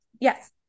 Yes